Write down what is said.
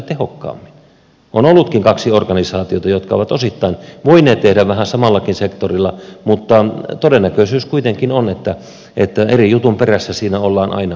on ollutkin kaksi organisaatiota jotka ovat osittain voineet tehdä vähän samallakin sektorilla mutta todennäköisyys kuitenkin on että eri jutun perässä siinä on aina oltu